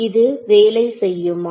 இது வேலை செய்யுமா